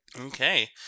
Okay